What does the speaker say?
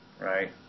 right